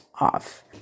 off